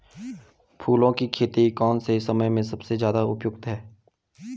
फूलों की खेती कौन से समय में सबसे ज़्यादा उपयुक्त है?